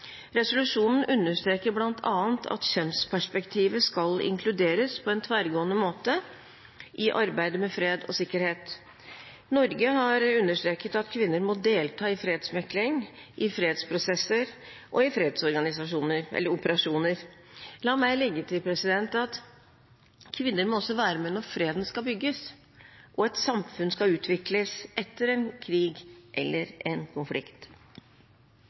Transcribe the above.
Resolusjonen understreker bl.a. at kjønnsperspektivet skal inkluderes på en tverrgående måte i arbeidet med fred og sikkerhet. Norge har understreket at kvinner må delta i fredsmekling, i fredsprosesser og i fredsoperasjoner. La meg legge til at kvinner må være med når freden skal bygges, og når samfunn skal utvikles etter en krig eller en konflikt.